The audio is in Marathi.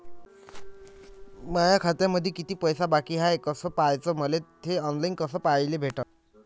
माया खात्यामंधी किती पैसा बाकी हाय कस पाह्याच, मले थे ऑनलाईन कस पाह्याले भेटन?